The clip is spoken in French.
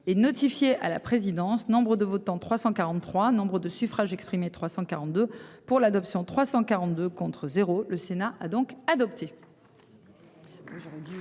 et notifié à la présidence. Nombre de votants, 343 Nombre de suffrages exprimés, 342 pour l'adoption, 342 contre 0. Le Sénat a donc adopté.